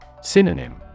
Synonym